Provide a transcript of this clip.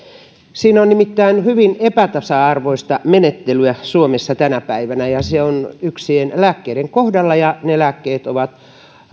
siinä on nimittäin hyvin epätasa arvoista menettelyä suomessa tänä päivänä ja se on yksien lääkkeiden kohdalla ja ne lääkkeet ovat